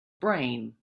brain